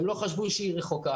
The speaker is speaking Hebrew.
לא חשבו שהיא רחוקה.